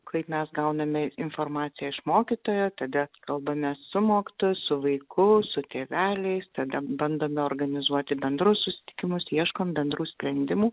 kaip mes gauname informaciją iš mokytojo tada kalbamės su mokytoju su vaiku su tėveliais tada bandome organizuoti bendrus susitikimus ieškom bendrų sprendimų